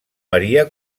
varia